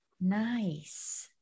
Nice